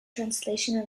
translation